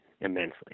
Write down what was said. immensely